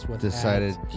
Decided